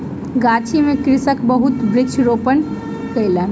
गाछी में कृषक बहुत वृक्ष रोपण कयलक